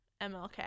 MLK